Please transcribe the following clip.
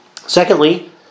Secondly